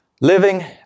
Living